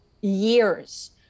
years